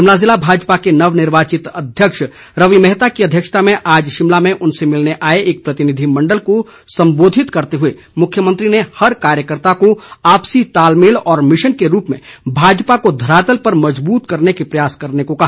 शिमला जिला भाजपा के नवनिर्वाचित अध्यक्ष रवि मेहता की अध्यक्षता में आज शिमला में उनसे मिलने आए एक प्रतिनिधिमंडल को संबोधित करते हुए मुख्यमंत्री ने हर कार्यकर्त्ता को आपसी तालमेल व मिशन के रूप में भाजपा को धरातल पर मजबूत करने के प्रयास करने को कहा